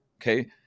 okay